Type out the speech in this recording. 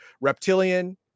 Reptilian